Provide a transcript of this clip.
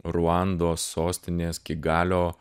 ruandos sostinės kigalio